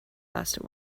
asked